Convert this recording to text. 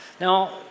Now